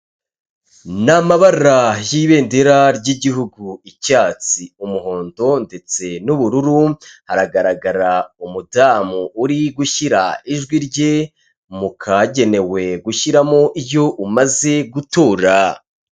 Ni amabara y'ibendera ry'igihugu icyatsi, umuhondo ndetse n'ubururu, hagaragara umudamu uri gushyira ijwi rye mu kagenewe gushyiramo iyo umaze gutura.